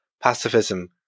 pacifism